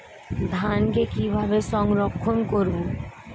ধানকে কিভাবে সংরক্ষণ করব?